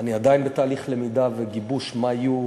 אני עדיין בתהליך למידה וגיבוש מה יהיו